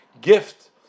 gift